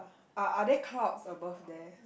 are are there clouds above there